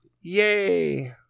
Yay